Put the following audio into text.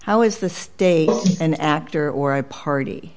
how is the state an actor or i party